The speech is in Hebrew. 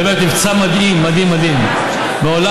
מבצע מדהים, מדהים, בעיקר בפריפריה.